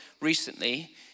recently